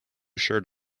shirt